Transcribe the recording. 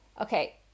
Okay